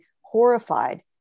horrified